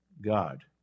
God